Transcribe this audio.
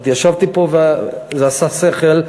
ישבתי פה וזה עשה שכל.